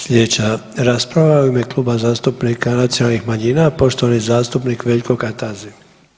Sljedeća rasprava u ime Kluba zastupnika nacionalnih manjina, poštovani zastupnik Veljko Kajtazi.